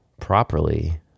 properly